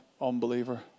unbeliever